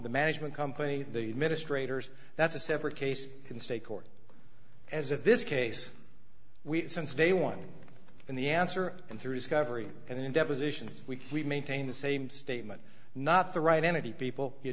the management company the ministre toure's that's a separate case in state court as of this case we since day one and the answer and through his coverage and in depositions we maintain the same statement not the right entity people you